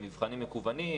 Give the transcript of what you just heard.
למבחנים מקוונים,